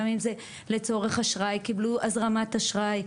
גם אם זה לצורך הזרמת אשראי,